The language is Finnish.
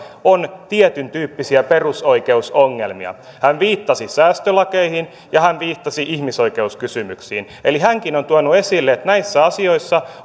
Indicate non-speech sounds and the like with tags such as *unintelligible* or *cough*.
on tietyntyyppisiä perusoikeusongelmia hän viittasi säästölakeihin ja hän viittasi ihmisoikeuskysymyksiin eli hänkin on tuonut esille että näissä asioissa *unintelligible*